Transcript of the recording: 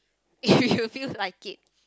if you feel like it